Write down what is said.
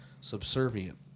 subservient